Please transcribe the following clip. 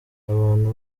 abantu